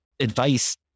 advice